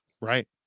Right